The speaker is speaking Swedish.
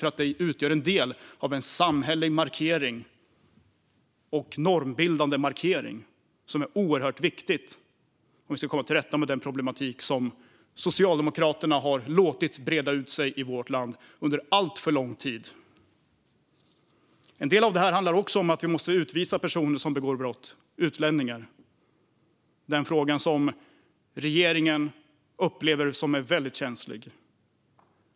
Detta utgör en del av en samhällelig och normbildande markering som är oerhört viktig för att komma till rätta med den problematik som Socialdemokraterna har låtit breda ut sig i vårt land under alltför lång tid. En del av det här handlar också om att vi måste utvisa personer - utlänningar - som begår brott. Detta är en fråga som regeringen upplever som väldigt känslig.